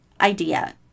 idea